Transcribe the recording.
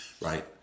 right